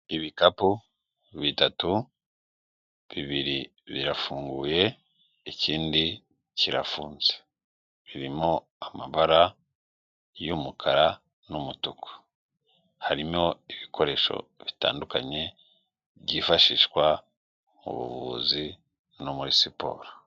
Ibikapu bitatu bibiri birafunguye, ikindi kirafunze, birimo amabara y'umukara n'umutuku, harimo ibikoresho bitandukanye byifashishwa mu buvuzi no muri siporo.